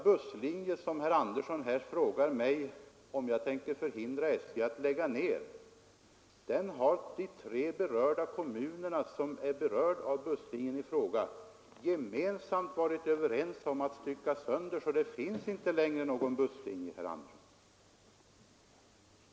Herr Andersson har frågat mig om jag tänker förhindra SJ att lägga ned denna busslinje. De tre kommuner som är berörda av busslinjen har varit överens om att stycka sönder den, så det finns inte längre någon busslinje, herr Andersson.